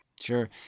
Sure